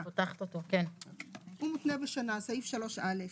סעיף 3א,